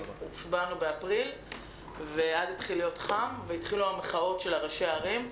הושבענו באפריל ואז התחיל להיות חם והתחילו המחאות של ראשי העיריות.